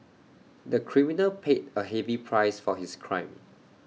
the criminal paid A heavy price for his crime